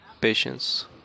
patience